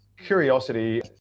Curiosity